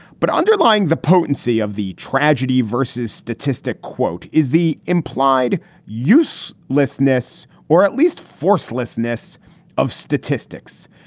but underlying the potency of the tragedy versus statistic, quote, is the implied use lessness or at least force lessness of statistics.